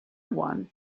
one